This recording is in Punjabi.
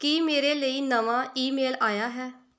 ਕੀ ਮੇਰੇ ਲਈ ਨਵਾਂ ਈਮੇਲ ਆਇਆ ਹੈ